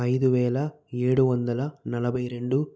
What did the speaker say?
ఐదు వేల ఏడు వందల నలభై రెండు